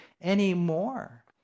anymore